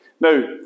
Now